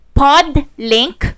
podlink